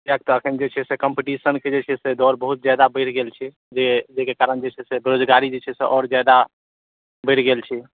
किएकि अखन जे छै से कॉम्पिटिशनके जे छै से दौड़ बहुत जादा बढ़ि गेल छै जेकी कारण जे छै से बेरोजगारी जे छै से आओर जादा बढ़ि गेल छै